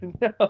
no